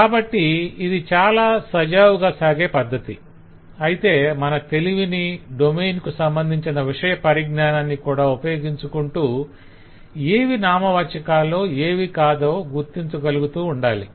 కాబట్టి ఇది చాలా సజావుగా సాగే పధ్ధతి అయితే మన తెలివిని డొమైన్ కు సంబంధించిన విషయ పరిజ్ఞానాన్ని కూడా ఉపయోగించుకుంటూ ఏవి నామవాచకాలో ఏవి కాదో గుర్తించగలుగుతూ ఉండాలి